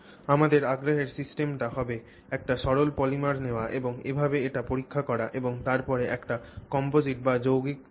আমাদের আগ্রহের সিস্টেমটি হবে একটি সরল পলিমার নেওয়া এবং এভাবে এটি পরীক্ষা করা এবং তারপরে একটি কম্পজিট বা যৌগিক তৈরি করা